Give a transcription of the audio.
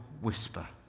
whisper